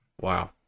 Wow